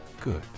good